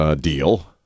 deal